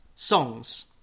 songs